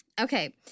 Okay